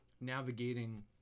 navigating